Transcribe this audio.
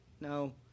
No